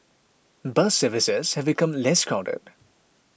bus services have become less crowded